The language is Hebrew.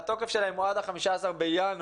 והתוקף שלהם הוא עד 15 בינואר.